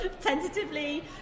tentatively